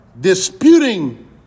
disputing